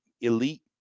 elite